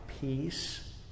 peace